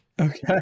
Okay